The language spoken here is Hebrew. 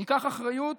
ניקח אחריות